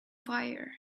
fire